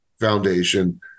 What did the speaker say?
Foundation